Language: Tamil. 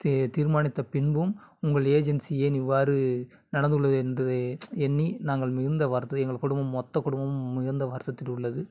தீர்மானித்த பின்பும் உங்கள் ஏஜென்ஸி ஏன் இவ்வாறு நடந்துக்கொள்வது என்பதை எண்ணி நாங்கள் மிகுந்த வருத்தத்தை எங்கள் குடும்பம் மொத்த குடும்பமும் மிகுந்த வருத்தத்தில் உள்ளது